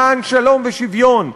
למען שלום ושוויון.